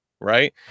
right